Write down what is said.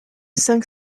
cinq